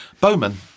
Bowman